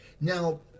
Now